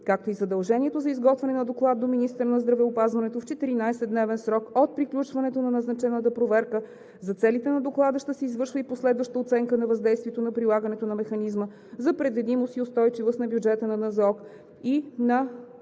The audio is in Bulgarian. както и задължението за изготвяне на доклад до министъра на здравеопазването в 14-дневен срок от приключването на назначената проверката. За целите на доклада ще се извършва и последваща оценка на въздействието на прилагането на механизма за предвидимост и устойчивост на бюджета на НЗОК и на